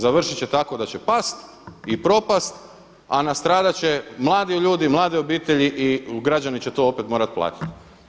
Završit će tako da će past i propast, a nastradat će mladi ljudi, mlade obitelji i građani će to opet morati platiti.